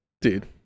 Dude